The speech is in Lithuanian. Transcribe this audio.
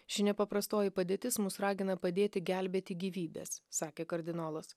ši nepaprastoji padėtis mus ragina padėti gelbėti gyvybes sakė kardinolas